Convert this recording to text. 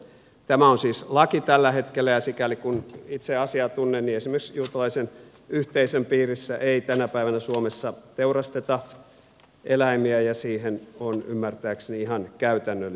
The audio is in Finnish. tämä on siis laki tällä hetkellä ja sikäli kuin itse asiaa tunnen niin esimerkiksi juutalaisen yhteisön piirissä ei tänä päivänä suomessa teurasteta eläimiä ja siihen on ymmärtääkseni ihan käytännölliset syyt